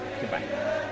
Goodbye